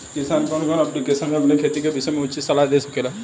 किसान कवन ऐप्लिकेशन से अपने खेती के विषय मे उचित सलाह ले सकेला?